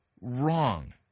wrong